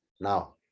Now